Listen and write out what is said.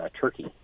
turkey